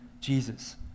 Jesus